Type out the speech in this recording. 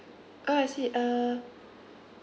ah I see uh